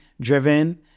driven